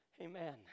amen